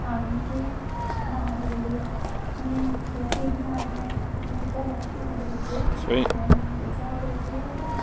आखदे कि मां जेह्ड़ी उनें रुट्टी बनानी ऐ ते उ'नेंगी पता कि मेरे बच्चे भुक्खे दे होने बच्चें दे बारै च एह् ऐ कि